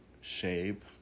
shape